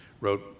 wrote